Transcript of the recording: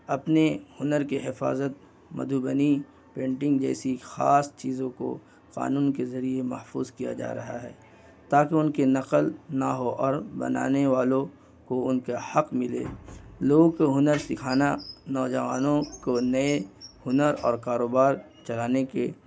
اپنے ہنر کے حفاظت مدھوبنی پینٹنگ جیسی خاص چیزوں کو قانون کے ذریعے محفوظ کیا جا رہا ہے تاکہ ان کے نقل نہ ہو اور بنانے والوں کو ان کے حق ملے لوگوں کو ہنر سکھانا نوجوانوں کو نئے ہنر اور کاروبار چلانے کے